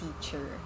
teacher